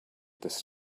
this